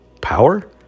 Power